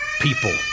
people